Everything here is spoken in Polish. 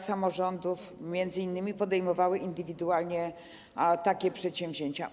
Samorządy m.in. podejmowały indywidualnie takie przedsięwzięcia.